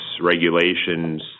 regulations